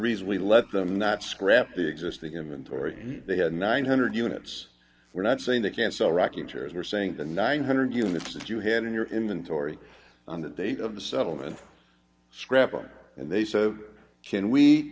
reason we let them not scrap the existing inventory they had nine hundred units we're not saying they can't sell racketeers they're saying the nine hundred units that you had in your inventory on the date of the settlement scrapbook and they said can we